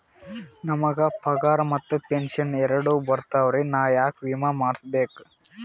ನಮ್ ಗ ಪಗಾರ ಮತ್ತ ಪೆಂಶನ್ ಎರಡೂ ಬರ್ತಾವರಿ, ನಾ ಯಾಕ ವಿಮಾ ಮಾಡಸ್ಬೇಕ?